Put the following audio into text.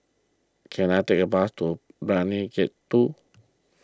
can I take a bus to Brani Gate two